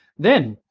then,